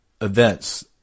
events